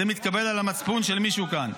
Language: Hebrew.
זה מתקבל על המצפון של מישהו כאן?